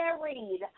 married